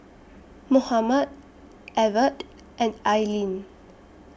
Mohamed Evert and Aylin